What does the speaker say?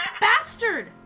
bastard